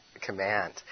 command